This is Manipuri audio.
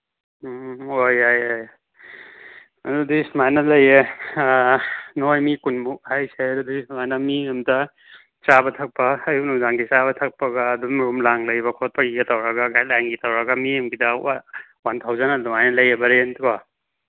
ꯎꯝ ꯑꯣ ꯌꯥꯏ ꯌꯥꯏ ꯌꯥꯏ ꯑꯗꯨꯗꯤ ꯁꯨꯃꯥꯏꯅ ꯂꯩꯌꯦ ꯅꯣꯏ ꯃꯤ ꯀꯨꯟꯃꯨꯛ ꯍꯥꯏꯁꯦ ꯑꯗꯨꯗꯤ ꯁꯨꯃꯥꯏꯅ ꯃꯤ ꯑꯃꯗ ꯆꯥꯕ ꯊꯛꯄ ꯑꯌꯨꯛ ꯅꯨꯡꯗꯥꯡꯒꯤ ꯆꯥꯕ ꯊꯛꯄꯒ ꯑꯗꯨꯝ ꯂꯥꯡ ꯂꯩꯕ ꯈꯣꯠꯄꯒꯤꯒ ꯇꯧꯔꯒ ꯒꯥꯏꯠ ꯂꯥꯏꯟꯒꯤ ꯇꯧꯔꯒ ꯃꯤ ꯑꯃꯒꯤꯗ ꯋꯥꯟ ꯊꯥꯎꯖꯟ ꯑꯗꯨꯃꯥꯏꯅ ꯂꯩ ꯔꯦꯟꯖꯀꯣ